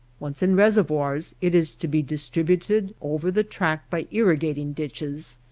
once in reservoirs it is to be distributed over the tract by irrigating ditches,